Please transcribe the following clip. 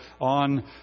on